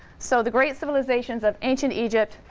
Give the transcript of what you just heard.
so the great civilizations of ancient egypt,